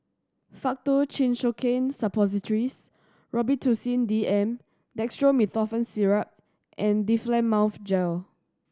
Faktu Cinchocaine Suppositories Robitussin D M Dextromethorphan Syrup and Difflam Mouth Gel